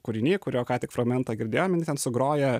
kūriny kurio ką tik fragmentą girdėjom jinai ten sugroja